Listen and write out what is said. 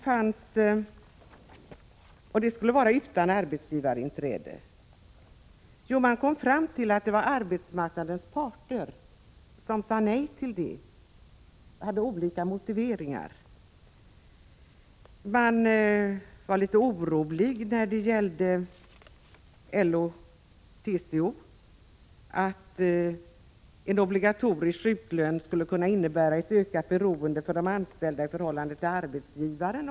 Vad kom man då fram till? Jo, man kom fram till att arbetsmarknadens parter sade nej till det, med olika motiveringar. LO och TCO var bl.a. oroliga för att en obligatorisk sjuklön skulle kunna innebära ett ökat beroende för de anställda i förhållande till arbetsgivaren.